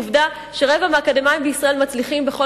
עובדה שרבע מהאקדמאים בישראל מצליחים בכל